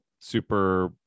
super